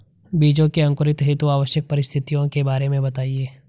बीजों के अंकुरण हेतु आवश्यक परिस्थितियों के बारे में बताइए